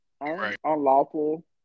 unlawful